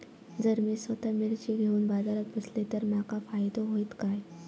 जर मी स्वतः मिर्ची घेवून बाजारात बसलय तर माका फायदो होयत काय?